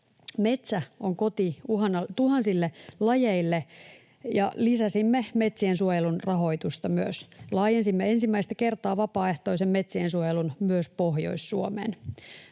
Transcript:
Metsä on koti tuhansille lajeille, ja lisäsimme myös metsiensuojelun rahoitusta. Laajensimme ensimmäistä kertaa vapaaehtoisen metsiensuojelun myös Pohjois-Suomeen.